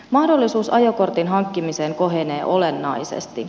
mahdollisuus ajokortin hankkimiseen kohenee olennaisesti